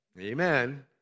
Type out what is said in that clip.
Amen